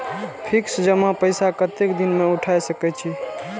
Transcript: Fix जमा पैसा कतेक दिन में उठाई सके छी?